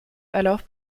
alors